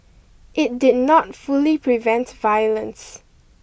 it did not fully prevent violence